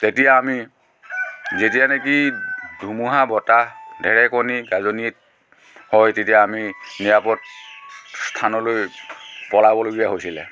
তেতিয়া আমি যেতিয়া নেকি ধুমুহা বতাহ ঢেৰেকণি গাজনি হয় তেতিয়া আমি নিৰাপদ স্থানলৈ পলাবলগীয়া হৈছিল